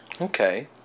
Okay